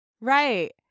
Right